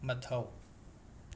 ꯃꯊꯧ